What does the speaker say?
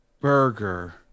Burger